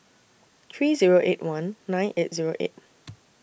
three Zero eight one nine eight Zero eight